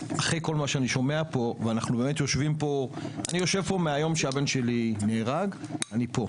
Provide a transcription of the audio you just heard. מהיום שהבן שלי נהרג, אני פה.